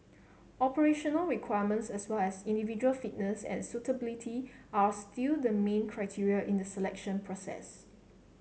operational requirements as well as individual fitness and suitability are still the main criteria in the selection process